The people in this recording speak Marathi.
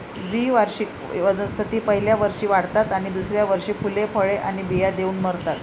द्विवार्षिक वनस्पती पहिल्या वर्षी वाढतात आणि दुसऱ्या वर्षी फुले, फळे आणि बिया देऊन मरतात